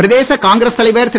பிரதேச காங்கிரஸ் தலைவர் திரு